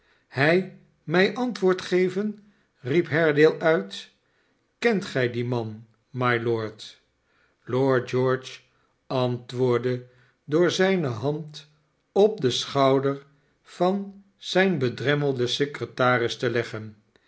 hij mij antwoord geveni riep haredale uit kent gij dien man mylord lord george antwoordde door zijne hand op den schouder van zijn bedremmelden secretaris te leggen